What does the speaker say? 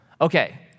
Okay